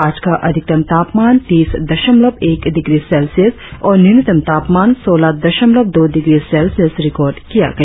आज का अधिकतम तापमान तीस दशमलव एक डिग्री सेल्सियस और न्यूनतम तापमान सोलह दशमलव दो डिग्री सेल्सियस रिकार्ड किया गया